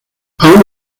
aun